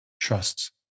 trusts